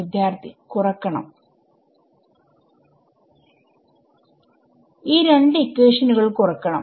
വിദ്യാർത്ഥി കുറക്കണം ഈ രണ്ട് ഇക്വേഷനുകൾ കുറക്കണം